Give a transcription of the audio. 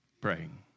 praying